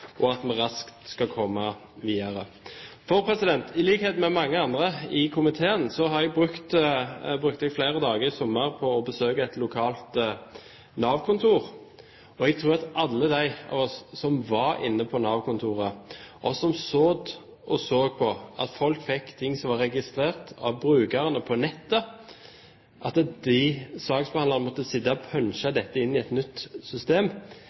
håper at vi raskt skal komme videre. I likhet med mange andre i komiteen brukte jeg flere dager i sommer på å besøke et lokalt Nav-kontor. Jeg tror at alle som var inne på det Nav-kontoret og så på at saksbehandlerne måtte sitte og punche inn på et nytt system ting som var registrert av brukerne på nettet, var rimelig oppgitt, og